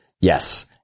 Yes